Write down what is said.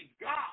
God